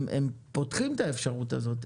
הם פותחים את האפשרות הזאת.